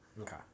Okay